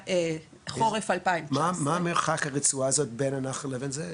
זה חורף 2012. מה המרחק הרצועה הזאת בין הנחל לבין זה?